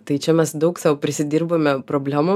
tai čia mes daug sau prisidirbame problemų